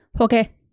Okay